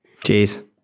jeez